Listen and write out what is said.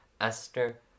Esther